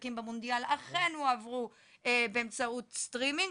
מהמשחקים במונדיאל אכן הועברו באמצעות סרטימינג,